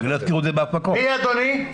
מי אדוני?